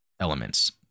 elements